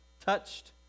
touched